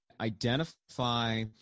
identify